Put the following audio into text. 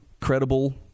credible